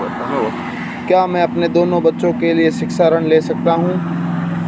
क्या मैं अपने दोनों बच्चों के लिए शिक्षा ऋण ले सकता हूँ?